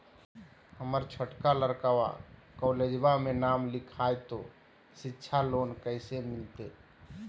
हमर छोटका लड़कवा कोलेजवा मे नाम लिखाई, तो सिच्छा लोन कैसे मिलते?